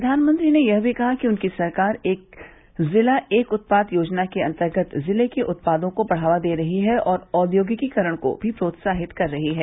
प्रधानमंत्री ने यह भी कहा कि उनकी सरकार एक जिला एक उत्पाद योजना के अन्तर्गत जिले के उत्पादों को बढ़ावा दे रही है और औद्योगीकरण को भी प्रोत्साहित कर रही है